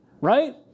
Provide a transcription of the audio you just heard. right